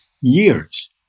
years